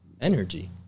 Energy